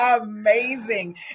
amazing